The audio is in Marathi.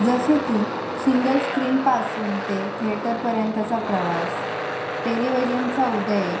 जसे की सिंगल स्क्रीनपासून ते थेटरपर्यंतचा प्रवास टेलिव्हजनचा उदय